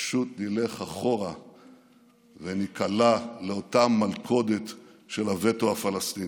פשוט נלך אחורה וניקלע לאותה מלכודת של הווטו הפלסטיני.